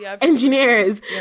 engineers